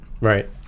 right